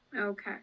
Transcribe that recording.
okay